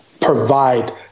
provide